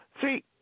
See